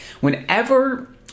whenever